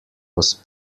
was